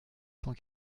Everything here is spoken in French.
cent